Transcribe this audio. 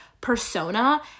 persona